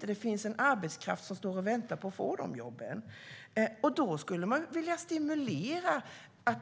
Det finns ingen arbetskraft som står och väntar på att få de jobben. Man skulle vilja stimulera så